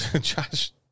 Josh